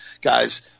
Guys